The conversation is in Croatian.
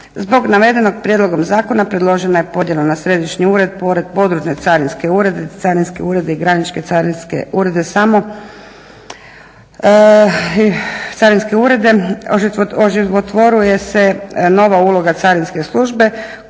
Zbog navedenog prijedloga zakona predložena je podjela na središnji ured pored Područne carinske urede i granične carinske urede samo carinske urede, oživotvoruje se nova uloga carinske službe koja s jedne